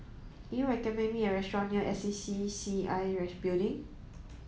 can you recommend me a restaurant near S C C I Building